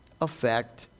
affect